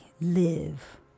live